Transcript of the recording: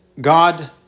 God